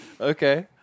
Okay